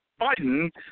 Biden